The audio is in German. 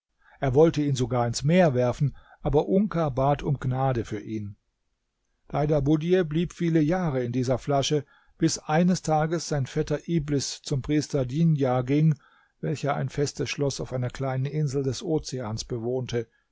er wollte ihn sogar ins meer werfen aber unka bat um gnade für ihn deidabudj blieb viele jahre in dieser flasche bis eines tages sein vetter iblis zum priester djindar ging welcher ein festes schloß auf einer kleinen insel des ozeans bewohnte